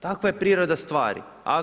Takva je priroda stvari.